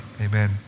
Amen